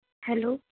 hello